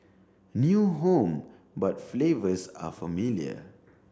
new home but flavors are familiar